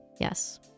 yes